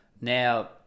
Now